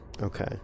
Okay